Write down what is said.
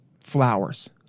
flowers